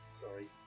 sorry